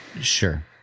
Sure